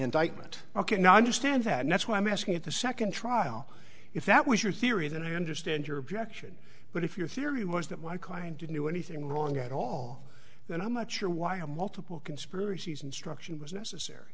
indictment ok now i understand that and that's why i'm asking at the second trial if that was your theory then i understand your objection but if your theory was that my client didn't do anything wrong at all then i'm not sure why a multiple conspiracies instruction was necessary